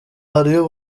hariyo